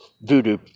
voodoo